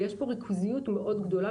ויש פה ריכוזיות מאוד גדולה,